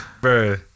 bro